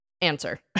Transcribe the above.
answer